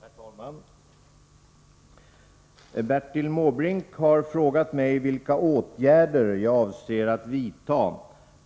Herr talman! Bertil Måbrink har frågat mig vilka åtgärder jag avser att vidta